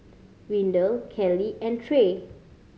Windell Kellee and Tre